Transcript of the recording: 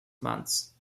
months